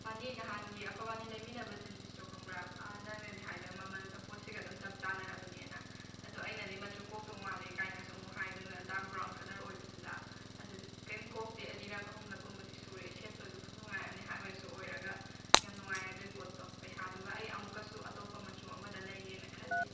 ꯄꯥꯅꯤ ꯅꯍꯥꯟꯒꯤ ꯑꯩꯈꯣꯏ ꯏꯕꯥꯅꯤ ꯂꯩꯃꯤꯟꯅꯕ ꯖꯤꯟꯁꯇꯣ ꯈꯪꯕ꯭ꯔꯥ ꯅꯪꯅꯗꯤ ꯍꯥꯏꯗꯅ ꯃꯃꯜꯒ ꯄꯣꯠꯁꯤꯒ ꯑꯗꯨꯝ ꯆꯞ ꯆꯥꯟꯅꯔꯕꯅꯦꯅ ꯑꯗꯣ ꯑꯩꯅꯗꯤ ꯃꯆꯨ ꯀꯣꯛꯇꯧ ꯃꯦꯜꯂꯦ ꯀꯥꯏꯅ ꯁꯨꯝ ꯍꯥꯏꯗꯅ ꯗꯥꯛ ꯕ꯭ꯔꯥꯎꯟ ꯀꯂꯔ ꯑꯣꯏꯕꯗꯨꯗ ꯑꯗꯨꯗꯣ ꯀꯩꯝꯇ ꯀꯣꯛꯇꯦ ꯑꯅꯤꯔꯛ ꯑꯍꯨꯝꯂꯛꯀꯨꯝꯕꯗꯤ ꯁꯨꯔꯦ ꯁꯦꯠꯄꯁꯨ ꯈꯨꯅꯨꯡꯉꯥꯏ ꯑꯝꯅꯤ ꯍꯥꯏ ꯋꯦꯁꯁꯨ ꯑꯣꯏꯔꯒ ꯌꯥꯝꯅ ꯅꯨꯡꯉꯥꯏ ꯑꯗꯨꯒꯤ ꯄꯣꯠꯇꯣ ꯄꯩꯁꯥꯗꯨꯒ ꯑꯩ ꯑꯃꯨꯛꯀꯁꯨ ꯑꯇꯣꯞꯄ ꯃꯆꯨ ꯑꯃꯗ ꯂꯩꯒꯦꯅ ꯈꯜꯂꯦ